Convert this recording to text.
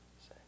say